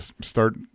start